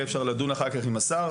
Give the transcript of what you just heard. יהיה אפשר לדון אחר כך עם השר.